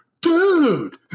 Dude